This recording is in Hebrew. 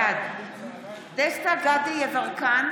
בעד דסטה גדי יברקן,